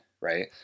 right